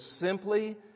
simply